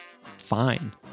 fine